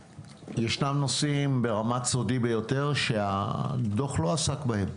ישנם דברים ברמת "סודי ביותר" שהדוח לא עסק בהם,